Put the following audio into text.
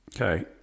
Okay